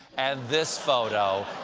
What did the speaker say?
and this photo.